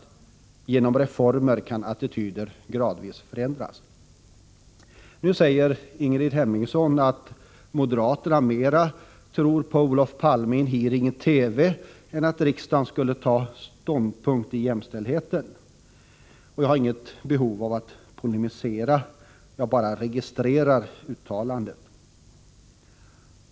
o Genom reformer kan attityder gradvis förändras. Nu säger Ingrid Hemmingsson att moderaterna tror mer på Olof Palmes ord i en hearing i TV än på att riksdagen skulle ta ståndpunkt för jämställdheten. Jag har inte något behov av att polemisera mot det — jag bara registrerar uttalandet.